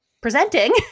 presenting